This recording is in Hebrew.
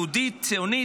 יהודית וציונית,